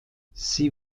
sie